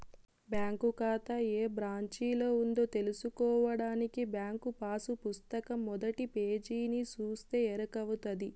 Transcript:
bank కాతా ఏ బ్రాంచిలో ఉందో తెల్సుకోడానికి బ్యాంకు పాసు పుస్తకం మొదటి పేజీని సూస్తే ఎరకవుతది